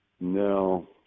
No